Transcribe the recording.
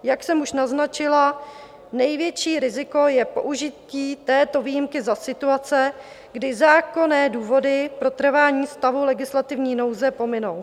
Jak jsem už naznačila, největší riziko je použití této výjimky za situace, kdy zákonné důvody pro trvání stavu legislativní nouze pominou.